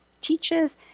teaches